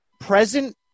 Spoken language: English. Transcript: present